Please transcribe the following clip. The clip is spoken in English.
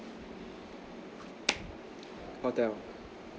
hotel